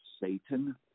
Satan